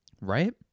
Right